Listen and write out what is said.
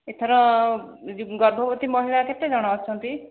ଏଥର ଗର୍ଭବତୀ ମହିଳା କେତେ ଜଣ ଅଛନ୍ତି